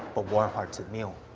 ah warm-hearted meal.